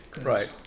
Right